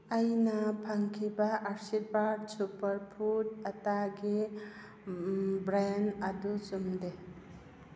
ꯑꯩꯅ ꯐꯪꯈꯤꯕ ꯑꯥꯁꯤꯔꯚꯥꯗ ꯁꯨꯄꯔ ꯐꯨꯗ ꯑꯇꯥꯒꯤ ꯕ꯭ꯔꯦꯟ ꯑꯗꯨ ꯆꯨꯝꯗꯦ